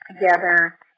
together